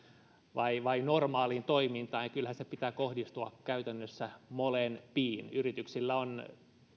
vai normaaliin toimintaan ja kyllähän sen pitää kohdistua käytännössä molempiin yrityksillä on